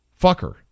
fucker